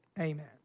Amen